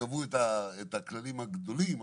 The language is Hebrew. לגבי מירון.